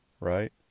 right